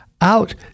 out